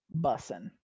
bussin